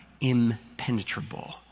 impenetrable